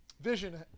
Vision